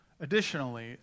Additionally